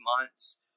months